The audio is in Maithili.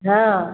हॅं